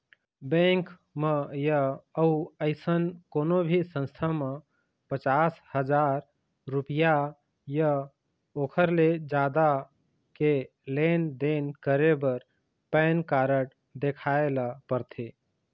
bank म य अउ अइसन कोनो भी संस्था म पचास हजाररूपिया य ओखर ले जादा के लेन देन करे बर पैन कारड देखाए ल परथे